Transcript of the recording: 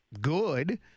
good